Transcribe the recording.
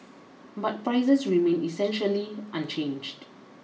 but prices remained essentially unchanged